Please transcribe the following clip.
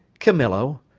camillo,